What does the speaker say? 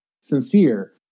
sincere